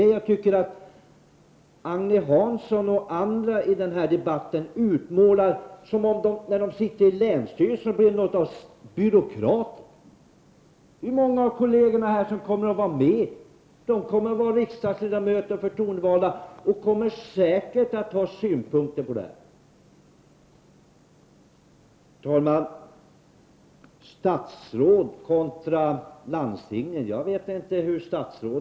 Men jag tycker att Agne Hansson m.fl. deltagare i den här debatten utmålar det som att man blir något av en byråkrat bara för att man sitter i länsstyrelsens styrelse. Det är ju kollegerna här i kammaren som kommer att vara med, riksdagsledamöter och förtroendevalda som säkert kommer att ha synpunkter på detta. Herr talman! När det gäller statsråd kontra landstingen vet jag inte hur det är med statsråden.